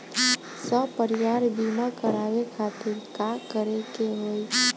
सपरिवार बीमा करवावे खातिर का करे के होई?